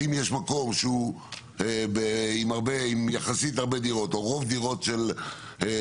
אם יש מקור שהוא עם יחסית הרבה דירות או רוב דירות של המדינה,